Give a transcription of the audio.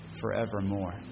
forevermore